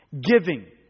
Giving